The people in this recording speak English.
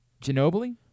Ginobili